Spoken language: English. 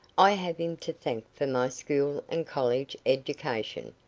i have him to thank for my school and college education.